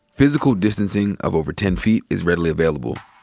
physical distancing of over ten feet is readily available.